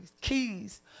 keys